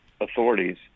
authorities